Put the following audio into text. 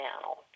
now